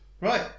Right